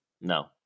No